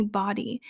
body